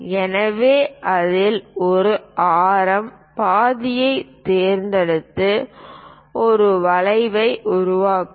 எனவே அதில் ஒரு ஆரம் பாதியைத் தேர்ந்தெடுத்து ஒரு வளைவை உருவாக்கவும்